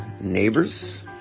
neighbors